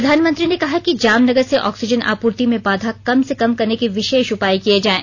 प्रधानमंत्री ने कहा कि जामनगर से ऑक्सीजन आपूर्ति में बाधा कम से कम करने के विशेष उपाय किए जाएं